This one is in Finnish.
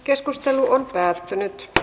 keskustelu päättyi